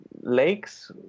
lakes